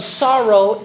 sorrow